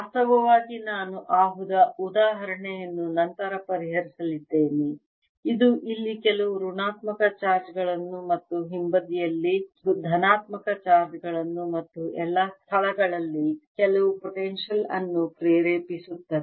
ವಾಸ್ತವವಾಗಿ ನಾನು ಆ ಉದಾಹರಣೆಯನ್ನು ನಂತರ ಪರಿಹರಿಸಲಿದ್ದೇನೆ ಇದು ಇಲ್ಲಿ ಕೆಲವು ಋಣಾತ್ಮಕ ಚಾರ್ಜ್ ಗಳನ್ನು ಮತ್ತು ಹಿಂಬದಿಯಲ್ಲಿ ಧನಾತ್ಮಕ ಚಾರ್ಜ್ ಗಳನ್ನು ಮತ್ತು ಎಲ್ಲಾ ಸ್ಥಳಗಳಲ್ಲಿ ಕೆಲವು ಪೊಟೆನ್ಶಿಯಲ್ ಅನ್ನು ಪ್ರೇರೇಪಿಸುತ್ತದೆ